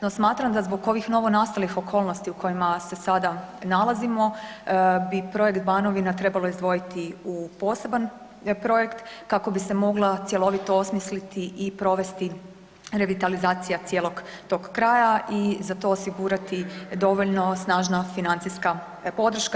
No, smatram da zbog ovih novonastalih okolnosti u kojima se sada nalazimo bi projekt Banovina trebalo izdvojiti u poseban projekt kako bi se mogla cjelovito osmisliti i provesti revitalizacija cijelog tog kraja i za to osigurati dovoljno snažna financijska snažna podrška.